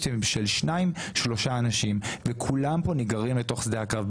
של שניים-שלושה אנשים ובגלל זה כולם כאן נגררים לתוך שדה הקרב.